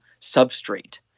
substrate